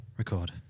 record